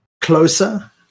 closer